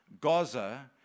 Gaza